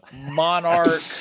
Monarch